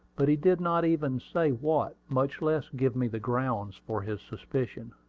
but he did not even say what, much less give me the grounds for his suspicion.